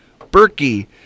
Berkey